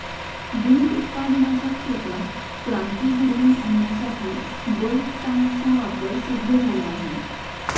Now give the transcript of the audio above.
दूध उत्पादनाच्या क्षेत्रात क्रांती घडवून आणण्यासाठी बल्क टँकचा वापर सिद्ध झाला आहे